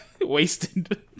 wasted